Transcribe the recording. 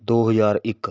ਦੋ ਹਜ਼ਾਰ ਇੱਕ